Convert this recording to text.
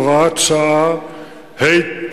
הוראת שעה),